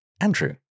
Andrew